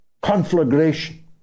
conflagration